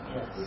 Yes